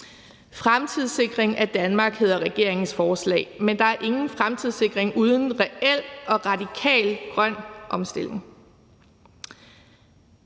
»Fremtidssikring af Danmark« hedder regeringens forslag, men der er ingen fremtidssikring uden reel og radikal grøn omstilling.